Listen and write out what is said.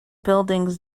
buildings